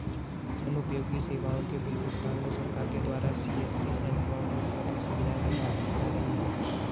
जन उपयोगी सेवाओं के बिल भुगतान में सरकार के द्वारा सी.एस.सी सेंट्रो को क्या क्या सुविधाएं प्रदान की जा रही हैं?